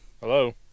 Hello